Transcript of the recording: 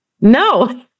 no